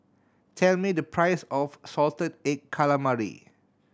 tell me the price of salted egg calamari